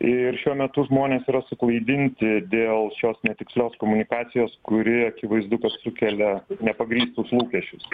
ir šiuo metu žmonės yra suklaidinti dėl šios netikslios komunikacijos kuri akivaizdu kad sukelia nepagrįstus lūkesčius